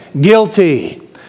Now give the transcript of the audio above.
guilty